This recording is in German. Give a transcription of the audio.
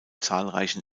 zahlreichen